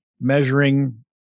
measuring